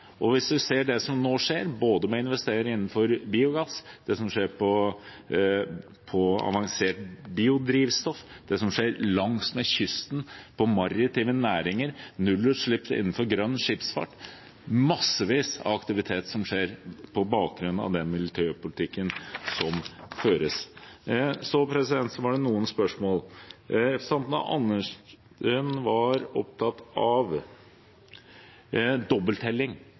landet. Hvis vi ser det som nå skjer, med både å investere innenfor biogass, det som skjer på avansert biodrivstoff, det som skjer langs kysten på maritime næringer, og nullutslipp innenfor grønn skipsfart – det er massevis av aktivitet som skjer på bakgrunn av den miljøpolitikken som føres. Så var det noen spørsmål. Representanten Andersen var opptatt av dobbelttelling.